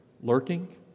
lurking